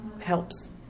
helps